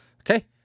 Okay